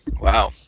wow